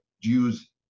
Jews